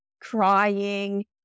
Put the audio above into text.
crying